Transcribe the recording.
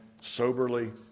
soberly